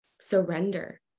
surrender